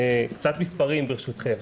קצת מספרים ברשותכם.